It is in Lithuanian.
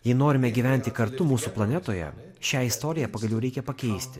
jei norime gyventi kartu mūsų planetoje šią istoriją pagaliau reikia pakeisti